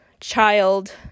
child